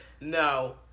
No